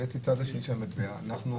הבאתי את הצד השני של המטבע: אנחנו